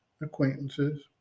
acquaintances